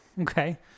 okay